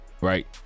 right